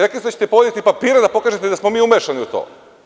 Rekli ste da ćete poneti papire da pokažete da smo mi umešani u to.